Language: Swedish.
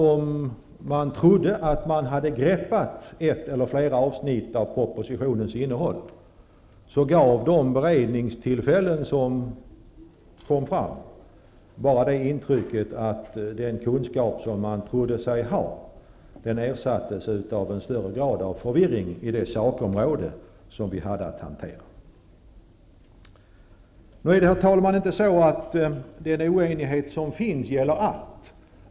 Om man trodde att man hade fått grepp om ett eller flera avsnitt av propositionens innehåll, gav beredningstillfällena det intrycket att den kunskap som man trodde sig ha ersattes av en större grad av förvirring inför det sakområde som vi hade att hantera. Herr talman! Den oenighet som finns gäller inte allt.